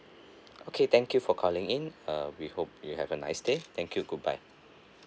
okay thank you for calling in uh we hope you have a nice day thank you goodbye